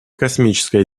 космическая